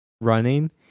running